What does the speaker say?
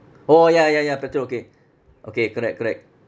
orh ya ya ya petrol okay okay correct correct